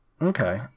Okay